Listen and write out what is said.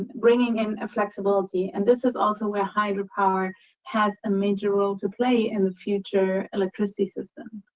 bringing in a flexibility. and this is also where hydropower has a major role to play in the future electricity system.